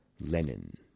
Lenin